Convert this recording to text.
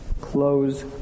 close